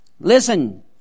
listen